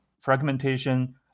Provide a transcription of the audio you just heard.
fragmentation